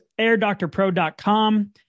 airdoctorpro.com